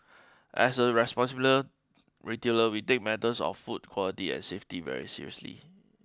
as a responsible retailer we take matters of food quality and safety very seriously